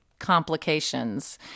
Complications